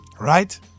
Right